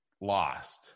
lost